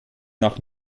nach